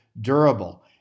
durable